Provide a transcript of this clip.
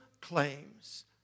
claims